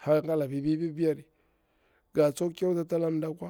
hankala ga pipi piyari gaso ga kiran taga.